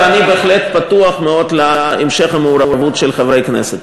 ואני בהחלט פתוח מאוד להמשך המעורבות של חברי הכנסת.